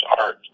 art